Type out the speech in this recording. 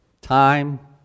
time